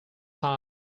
time